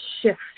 shift